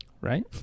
Right